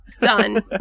Done